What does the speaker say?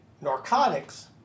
Narcotics